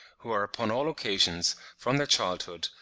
who are upon all occasions, from their childhood,